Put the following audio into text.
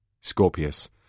Scorpius